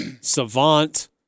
savant